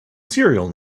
serial